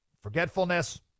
Forgetfulness